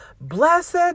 Blessed